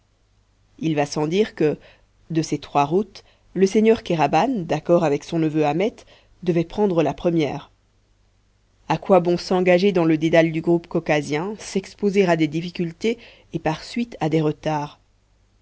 il va sans dire que de ces trois routes le seigneur kéraban d'accord avec son neveu ahmet devait prendre la première a quoi bon s'engager dans le dédale du groupe caucasien s'exposer à des difficultés et par suite à des retards